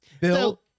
Bill